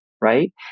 right